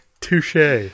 Touche